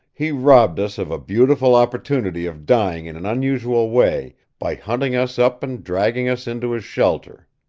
he robbed us of a beautiful opportunity of dying in an unusual way by hunting us up and dragging us into his shelter.